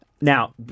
Now